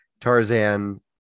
Tarzan